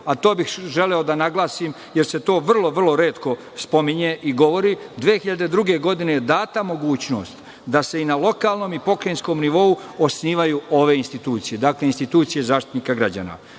a to bih želeo da naglasim, jer se to vrlo, vrlo retko spominje i govori, 2002. godine je data mogućnost da se i na lokalnom i na pokrajinskom nivou osnivaju ove institucije, dakle, institutcije Zaštitnika građana.